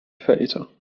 الفائتة